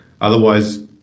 Otherwise